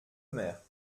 mère